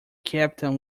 captain